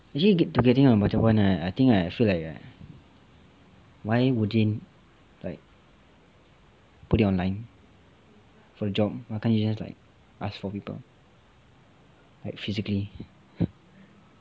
lead to getting another [one] right I think right I feel like right why would they like put it online for a job why can't they just like ask for people like physically